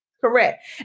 Correct